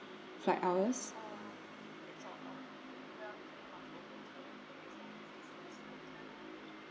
flight hours